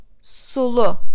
sulu